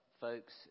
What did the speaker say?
folks